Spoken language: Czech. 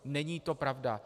Není to pravda.